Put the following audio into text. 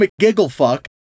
McGigglefuck